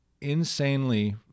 insanely